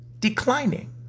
declining